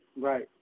Right